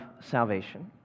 salvation